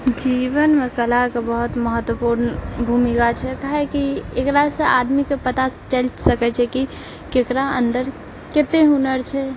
जीवनमे कलाके बहुत महत्वपूर्ण भूमिका छै काहेकि एकरासँ आदमीके पता चलि सकैछेै कि केकरा अन्दर कते हुनर छै